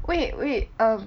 wait wait um